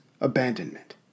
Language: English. abandonment